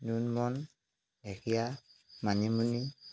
ঢেকিয়া মানিমুনি